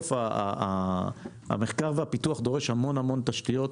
בסוף המחקר והפיתוח דורש המון המון תשתיות,